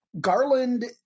Garland